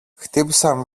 χτύπησαν